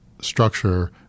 structure